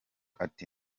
ati